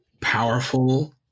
powerful